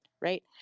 right